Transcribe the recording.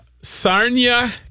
Sarnia